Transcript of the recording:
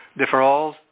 deferrals